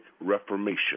Reformation